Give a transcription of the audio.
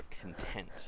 content